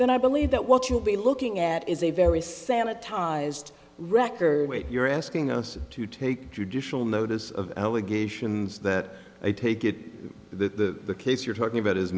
then i believe that what you will be looking at is a very sanitized record you're asking us to take judicial notice of allegations that i take it the case you're talking about is